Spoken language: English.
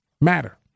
matter